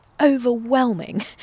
overwhelming